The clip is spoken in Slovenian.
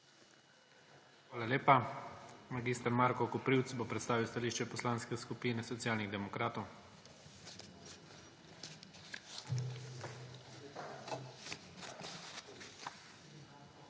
Hvala lepa. Mag. Marko Koprivc bo predstavil stališče Poslanske skupine Socialnih demokratov **MAG.